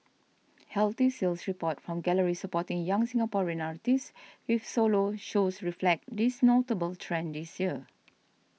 healthy sales reports from galleries supporting young Singaporean artists with solo shows reflect this notable trend this year